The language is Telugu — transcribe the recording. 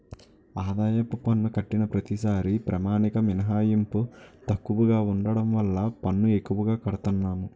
ఆదాయపు పన్ను కట్టిన ప్రతిసారీ ప్రామాణిక మినహాయింపు తక్కువగా ఉండడం వల్ల పన్ను ఎక్కువగా కడతన్నాము